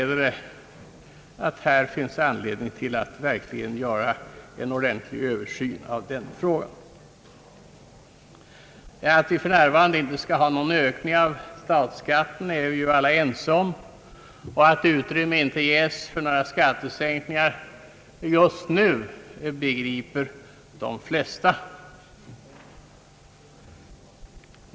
Detta ger anledning till att en ordentlig översyn görs av den frågan. Att vi för närvarande inte skall ha någon ökning av statsskatten är vi ju alla ense om och att utrymme inte finns för några skattesänkningar just nu begriper de flesta.